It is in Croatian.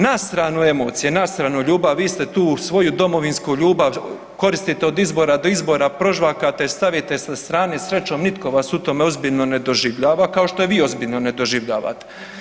Na stranu emocije, na stranu ljubav, vi ste tu svoju domovinsku ljubav koristite od izbora do izbora, prožvakate, stavite sa strane, srećom, nitko vas u tome ozbiljno ne doživljava, kao što je vi ozbiljno ne doživljavate.